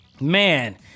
man